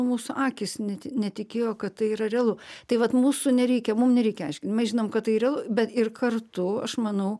mūsų akys net netikėjo kad tai yra realu tai vat mūsų nereikia mum nereikia aiškint mes žinom kad tai realu bet ir kartu aš manau